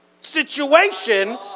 situation